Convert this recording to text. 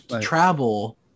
travel